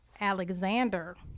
Alexander